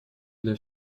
для